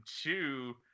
two